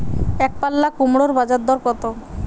একপাল্লা কুমড়োর বাজার দর কত?